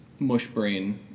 Mushbrain